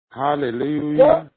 hallelujah